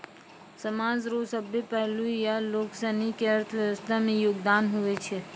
समाज रो सभ्भे पहलू या लोगसनी के अर्थव्यवस्था मे योगदान हुवै छै